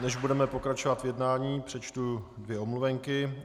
Než budeme pokračovat v jednání, přečtu dvě omluvenky.